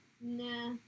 nah